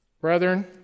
Brethren